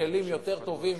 כלים יותר טובים